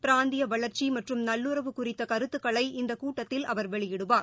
பிராந்திய வளர்ச்சி மற்றும் நல்லுறவு குறித்த கருத்துக்களை இந்த கூட்டத்தில் அவர் வெளியிடுவார்